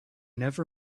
never